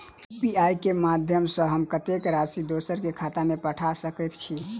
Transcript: UPI केँ माध्यम सँ हम कत्तेक राशि दोसर केँ खाता मे पठा सकैत छी?